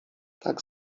tak